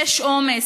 יש עומס.